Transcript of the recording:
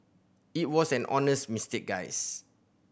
it was an honest mistake guys